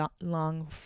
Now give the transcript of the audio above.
long